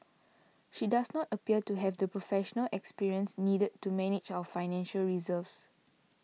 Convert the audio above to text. she does not appear to have the professional experience needed to manage our financial reserves